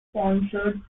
sponsored